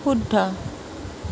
শুদ্ধ